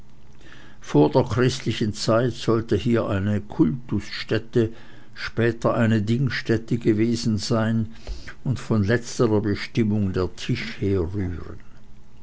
vor der christlichen zeit sollte hier eine kultusstätte später eine dingstätte gewesen sein und von letzterer bestimmung der